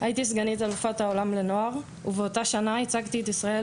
הייתי סגנית אלופת העולם לנוער ובאותה שנה ייצגתי את ישראל